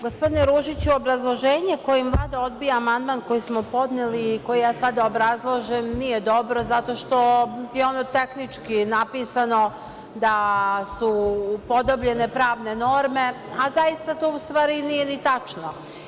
Gospodine Ružiću, obrazloženje kojim Vlada odbija amandman koji smo podneli i koji ja sad obrazlažem nije dobro zato što je ono tehnički napisano, da su upodobljene pravne norme, a zaista to u stvari i nije tačno.